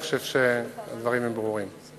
אני חושב שהדברים הם ברורים.